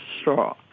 straw